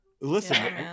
Listen